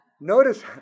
Notice